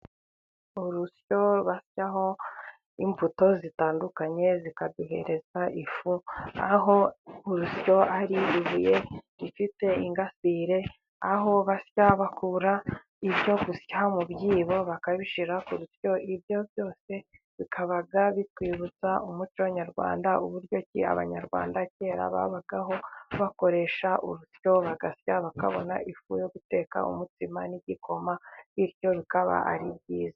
Urusyo basyaho imbuto zitandukanye zikaduhereza ifu, aho urusyo ari ibuye rifite ingasire, aho basya bakura ibyo gusya mu byibo bakabishyira ku urusyo, bityo ibyo byose bikaba bitwibutsa umuco nyarwanda uburyo ki Abanyarwanda kera babagaho bakoresha urusyo, bagasya, bakabona ifu yo guteka umutsima n'igikoma. Bityo bikaba ari byiza.